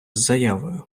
заявою